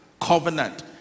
covenant